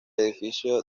edificio